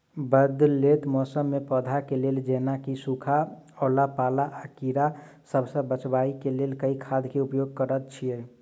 बदलैत मौसम मे पौधा केँ लेल जेना की सुखा, ओला पाला, आ कीड़ा सबसँ बचबई केँ लेल केँ खाद केँ उपयोग करऽ छी?